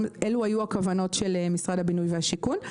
אלו היו הכוונות של משרד הבינוי והשיכון.